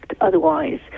otherwise